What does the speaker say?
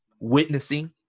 witnessing